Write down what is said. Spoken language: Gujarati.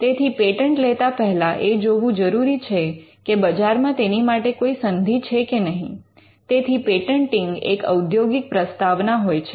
તેથી પેટન્ટ લેતા પહેલા એ જોવું જરૂરી છે કે બજારમાં તેની માટે કોઈ સંધિ છે કે નહીં તેથી પેટન્ટિંગ એક ઔદ્યોગિક પ્રસ્તાવના હોય છે